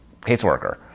caseworker